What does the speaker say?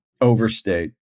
overstate